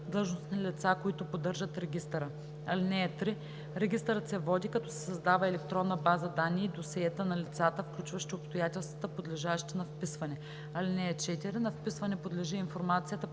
длъжностни лица, които поддържат регистъра. (3) Регистърът се води, като се създава електронна база данни и досиета за лицата, включващи обстоятелствата, подлежащи на вписване. (4) На вписване подлежи информацията по